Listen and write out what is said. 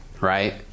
Right